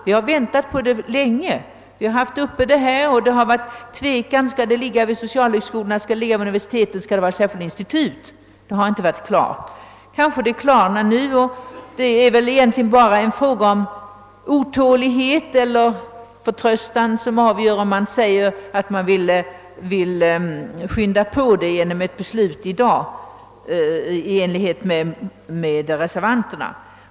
Vi har länge väntat på detta ställningstagande, och det har rått viss tvekan huruvida forskningen skulle förläggas till socialhögskolorna, till universiteten eller till särskilda institut. Det har inte varit klart. Kanske det klarnar nu. Det är egentligen bara en fråga om otålighet eller brist på förtröstan om man vill skynda på lösningen genom ett beslut i dag i enlighet med reservationen.